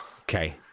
Okay